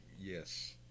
yes